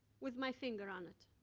with my finger on it.